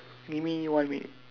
give me one minute